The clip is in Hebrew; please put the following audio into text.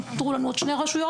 נותרו לנו עוד שתיים,